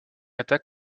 attaque